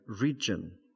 region